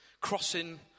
crossing